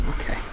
Okay